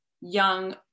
young